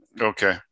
Okay